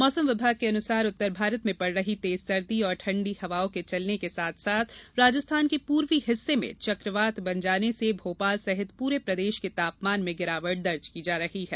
मौसम विभाग के अनुसार उत्तर भारत में पड़ रही तेज सर्दी और ठंडी हवाओं के चलने के साथ साथ राजस्थान के पूर्वी हिस्सें में चक्रवात बन जाने से भोपाल सहित पूरे प्रदेश के तापमान में गिरावट दर्ज की जा रही है